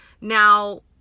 Now